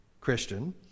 Christian